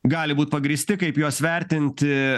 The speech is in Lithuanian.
gali būt pagrįsti kaip juos vertinti